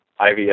IVF